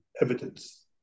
evidence